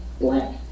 Black